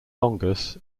longus